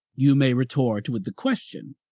you may retort with the question,